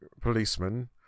policeman